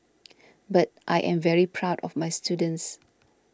but I am very proud of my students